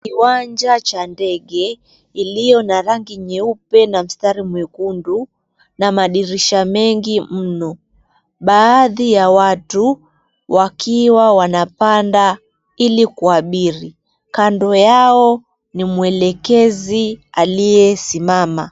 Kiwanja cha ndege ilio na rangi nyeupe na mstari mwekundu na madirisha mengi mno. Baadhi ya watu wakiwa wanapanda ili kuabiri. Kando yao ni mwelekezi aliyesimama.